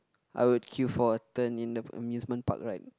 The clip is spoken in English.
I would queue for a turn in the amusement park ride